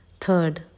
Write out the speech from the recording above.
Third